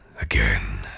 again